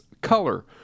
color